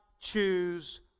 choose